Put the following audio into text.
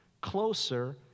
closer